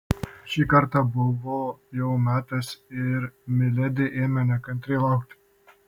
šį kartą buvo jau metas ir miledi ėmė nekantriai laukti